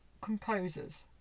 composers